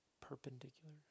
perpendicular